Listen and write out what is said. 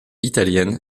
italienne